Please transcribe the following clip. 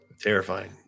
Terrifying